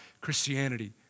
Christianity